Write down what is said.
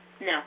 No